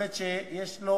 עובד שיש לו